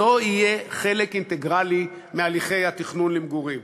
לא יהיה חלק אינטגרלי מהליכי התכנון למגורים.